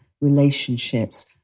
relationships